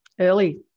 early